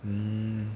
mm